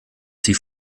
sie